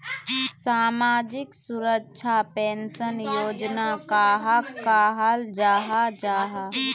सामाजिक सुरक्षा पेंशन योजना कहाक कहाल जाहा जाहा?